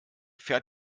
fährt